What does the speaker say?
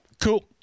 Cool